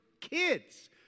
kids